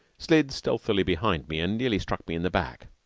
slid stealthily behind me and nearly struck me in the back.